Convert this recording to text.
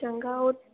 ਚੰਗਾ ਉਹ